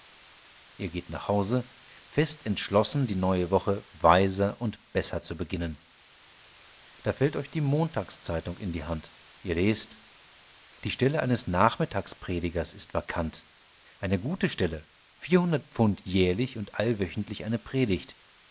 ihr geht nach hause fest entschlossen die neue woche weiser und besser zu beginnen da fällt euch die montagszeitung in die hand ihr lest die stelle eines nachmittags predigers ist vakant eine gute stelle vierhundert pfund jährlich und allwöchentlich eine predigt